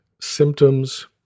symptoms